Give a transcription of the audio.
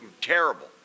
terrible